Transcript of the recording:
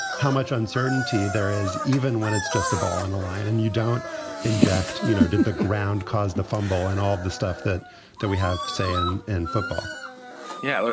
how much uncertainty there is, even when it's just a ball in the line and you don't inject, you know, did the ground cause the fumble and all of the stuff that that we have sand and football yeah.